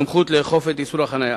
לאכוף את איסור החנייה.